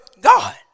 God